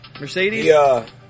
Mercedes